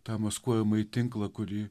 tą maskuojamąjį tinklą kurį